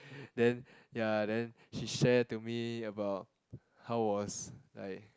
then ya then she share to me about how was like